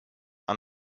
are